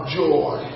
joy